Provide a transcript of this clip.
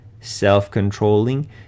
self-controlling